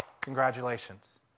Congratulations